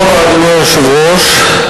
אדוני היושב-ראש,